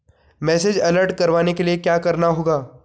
Message alert करवाने के लिए क्या करना होगा?